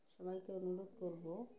সবাইকে অনুরোধ করব